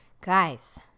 Guys